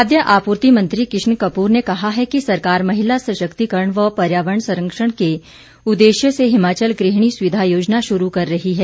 खाद्य आपूर्ति मंत्री किशन कपूर ने कहा है कि सरकार महिला सशक्तिकरण व पर्यावरण संरक्षण के उद्देश्य से हिमाचल गृहणी सुविधा योजना शुरू कर रही है